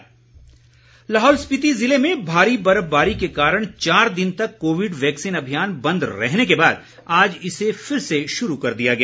Lahaul corona Lahaul Spiti ज़िले में भारी बर्फबारी के कारण चार दिन तक कोविड वैक्सीन अभियान बंद रहने के बाद आज इसे फिर से शुरू कर दिया गया